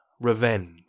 revenge